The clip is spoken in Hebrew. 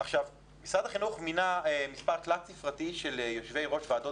משרד החינוך מינה מספר תלת ספרתי של יושבי ראש ועדות